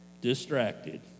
distracted